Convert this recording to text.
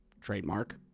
Trademark